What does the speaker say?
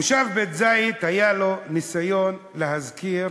למושב בית-זית היה ניסיון להזכיר